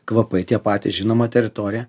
kvapai tie patys žinoma teritoriją